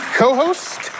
co-host